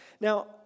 Now